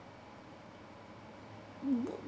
mm